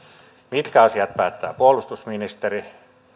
mitkä asiat päättää puolustusministeri